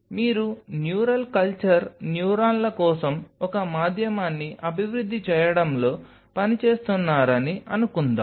కాబట్టి మీరు neural culture న్యూరాన్ల కోసం ఒక మాధ్యమాన్ని అభివృద్ధి చేయడంలో పని చేస్తున్నారని అనుకుందాం